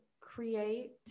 create